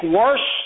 worse